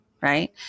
right